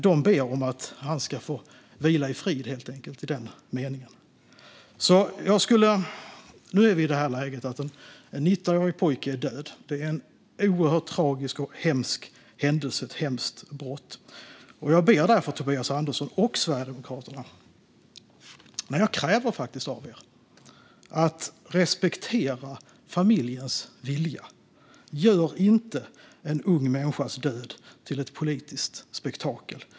De ber helt enkelt om att han ska få vila i frid. Nu är vi i det läge att en 19-årig pojke är död. Det är en oerhört tragisk och hemsk händelse och ett hemskt brott. Jag ber därför Tobias Andersson och Sverigedemokraterna - jag kräver faktiskt av er - att respektera familjens vilja. Gör inte en ung människas död till ett politiskt spektakel.